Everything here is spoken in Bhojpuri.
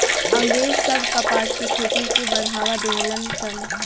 अँग्रेज सब कपास के खेती के बढ़ावा देहलन सन